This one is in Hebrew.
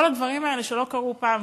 כל הדברים האלה שלא קרו פעם.